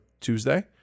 Tuesday